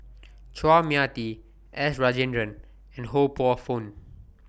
Chua Mia Tee S Rajendran and Ho Poh Fun